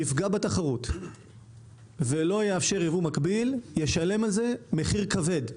בתחרות ולא יאפשר ייבוא מקביל ישלם על זה מחיר כבד.